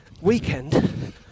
weekend